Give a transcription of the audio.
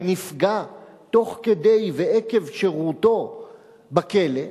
ונפגע תוך כדי ועקב שירותו בכלא,